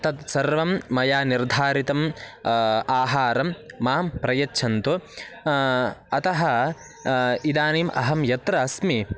तद् सर्वं मया निर्धारितं आहारं मां प्रयच्छन्तु अतः इदानीम् अहं यत्र अस्मि